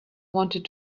wanted